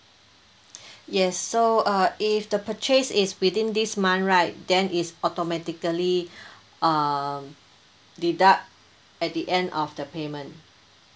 yes so uh if the purchase is within this month right then it's automatically uh deduct at the end of the payment